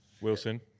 Wilson